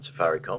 safaricom